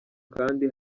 kandi